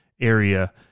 area